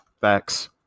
facts